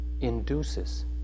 induces